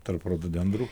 tarp rododendrų